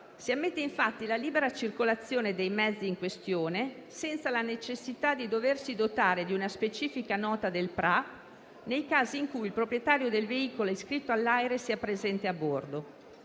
si ammette infatti la libera circolazione dei mezzi in questione senza la necessità di doversi dotare di una specifica nota del PRA, nei casi in cui il proprietario del veicolo iscritto all'AIRE sia presente a bordo.